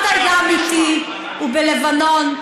האפרטהייד האמיתי הוא בלבנון,